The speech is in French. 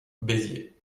béziers